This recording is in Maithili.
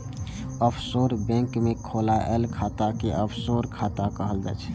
ऑफसोर बैंक मे खोलाएल खाता कें ऑफसोर खाता कहल जाइ छै